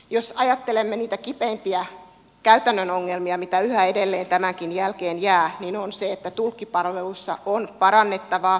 jos ajattelemme niitä kipeimpiä käytännön ongelmia mitä yhä edelleen tämänkin jälkeen jää niin tulkkipalveluissa on parannettavaa